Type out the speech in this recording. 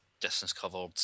distance-covered